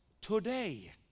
today